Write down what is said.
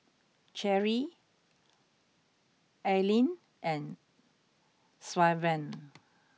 Cherri Aleen and Sylvan